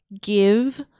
give